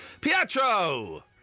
Pietro